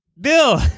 Bill